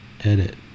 edit